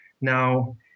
Now